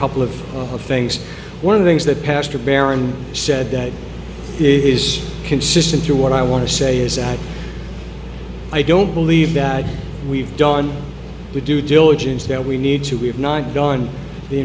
couple of things one of the things that pastor said that is consistent to what i want to say is that i don't believe that we've done with due diligence that we need to we have not gone the